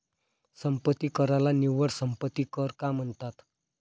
संपत्ती कराला निव्वळ संपत्ती कर का म्हणतात?